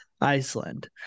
iceland